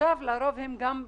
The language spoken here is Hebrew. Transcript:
המשפחות האלו הן לרוב בלי